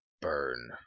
burn